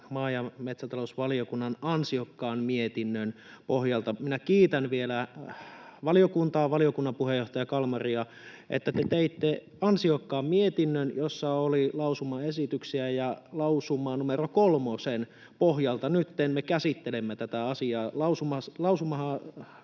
maa- ja metsätalousvaliokunnan ansiokkaan mietinnön pohjalta. Minä kiitän vielä valiokuntaa, valiokunnan puheenjohtaja Kalmaria, että te teitte ansiokkaan mietinnön, jossa oli lausumaesityksiä, ja lausuma numero kolmosen pohjalta nytten me käsittelemme tätä asiaa. Lausuma